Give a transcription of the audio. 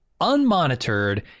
unmonitored